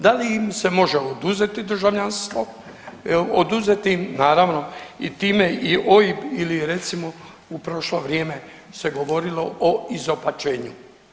Da li im se može oduzeti državljanstvo, oduzeti naravno i time i OIB ili recimo u prošlo vrijeme se govorilo izopačenju?